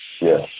Yes